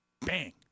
Bang